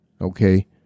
okay